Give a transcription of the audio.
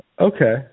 Okay